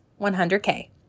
100k